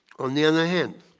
on the other hand,